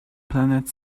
planet